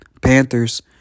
Panthers